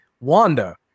Wanda